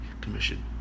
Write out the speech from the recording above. Commission